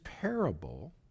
parable